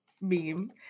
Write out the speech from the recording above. meme